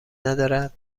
ندارد